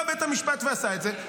בא בית המשפט ועשה את זה.